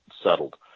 settled